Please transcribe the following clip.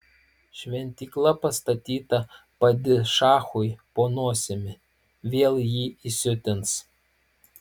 šventykla pastatyta padišachui po nosimi vėl jį įsiutins